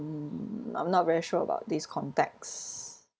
I'm not very sure about these contexts